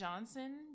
Johnson